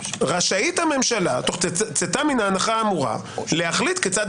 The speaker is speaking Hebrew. רשאית הממשלה תוך צאתה מההנחה האמורה להחליט כיצד